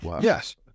Yes